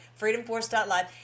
freedomforce.live